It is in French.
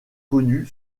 connue